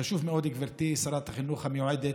חשוב מאוד, גברתי שרת החינוך המיועדת,